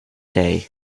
day